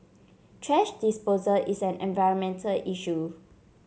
thrash disposal is an environmental issue